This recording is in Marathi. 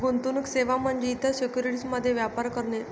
गुंतवणूक सेवा म्हणजे इतर सिक्युरिटीज मध्ये व्यापार करणे